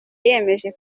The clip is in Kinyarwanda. yiyemeje